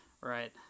Right